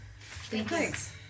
Thanks